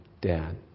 dad